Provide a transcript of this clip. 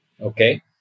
Okay